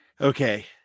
Okay